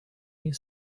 nie